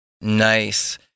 Nice